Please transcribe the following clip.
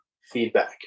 feedback